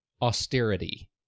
austerity